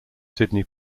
sidney